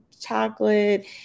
chocolate